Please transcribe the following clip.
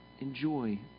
enjoy